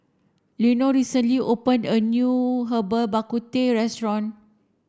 Leonor recently opened a new Herbal Bak Ku Teh restaurant